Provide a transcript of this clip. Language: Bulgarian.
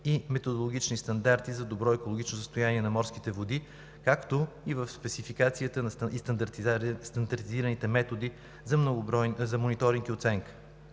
и методологични стандарти за добро екологично състояние на морските води, както и спецификация на стандартизираните методи за мониторинг и оценка.